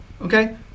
Okay